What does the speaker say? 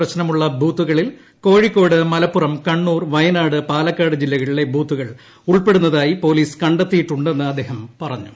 പ്രശ്നമുള്ള ബൂത്തുകളിൽ കോഴീക്കോട് മലപ്പുറം കണ്ണൂർ വയനാട് പാലക്കാട് ജില്ലകളിലെ ബൂത്തുകൾ ഉൾപ്പെടുന്നതായി പോലീസ് കണ്ടെത്തിയിട്ടുണ്ടെന്ന് അദ്ദേഹം പറഞ്ഞു